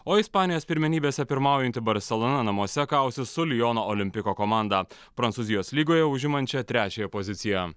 o ispanijos pirmenybėse pirmaujanti barselona kausis su liono olimpiko komanda prancūzijos lygoje užimančią trečiąją poziciją